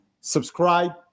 subscribe